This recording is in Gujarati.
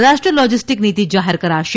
રાષ્ટ્રીય લોજિસ્ટિક નીતિ જાહેર કરાશે